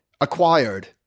Acquired